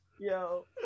Yo